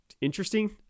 interesting